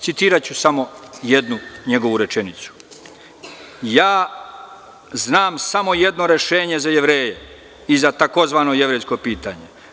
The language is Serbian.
Citiraću samo jednu njegovu rečenicu: „Ja znam samo jedno rešenje za Jevreje i za tzv. jevrejsko pitanje.